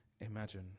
imagine